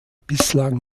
bislang